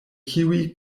kiuj